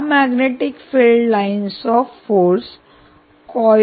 या magnetic field lines of force coil मुळे cut होत आहेत